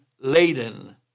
laden